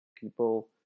people